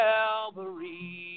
Calvary